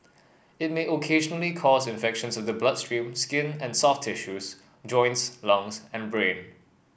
it may occasionally cause infections of the bloodstream skin and soft tissue joints lungs and brain